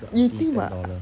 you think my